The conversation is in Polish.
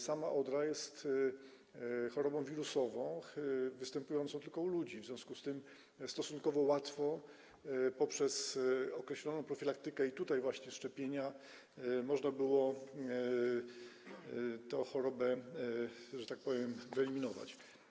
Sama odra jest chorobą wirusową występującą tylko u ludzi, w związku z tym stosunkowo łatwo poprzez określoną profilaktykę - i tutaj właśnie mamy szczepienia - można było tę chorobę, że tak powiem, wyeliminować.